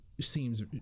seems